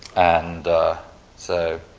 and so,